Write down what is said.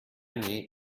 nee